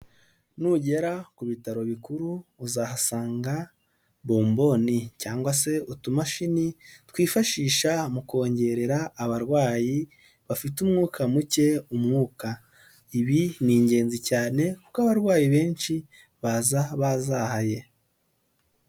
Nugera ku bitaro bikuru uzahasanga bomboni cyangwa se utumashini twifashisha mu kongerera abarwayi bafite umwuka muke umwuka, ibi ni ingenzi cyane kuko abarwayi benshi baza bazahaye.